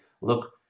look